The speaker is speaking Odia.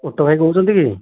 ଅଟୋ ଭାଇ କହୁଛନ୍ତି କି